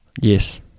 Yes